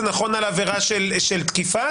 זה נכון על עבירה של תקיפה,